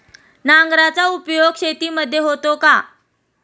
नांगराचा उपयोग शेतीमध्ये होतो का?